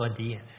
idea